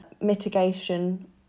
mitigation